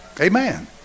Amen